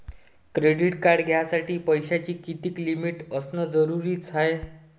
Credit card घ्यासाठी पैशाची कितीक लिमिट असनं जरुरीच हाय?